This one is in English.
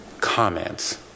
comments